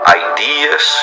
ideas